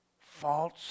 false